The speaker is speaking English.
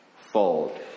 Fold